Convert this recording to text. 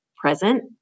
present